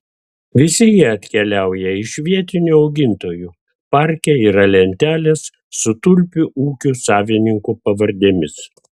visi jie atkeliauja iš vietinių augintojų parke yra lentelės su tulpių ūkių savininkų pavardėmis